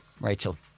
Rachel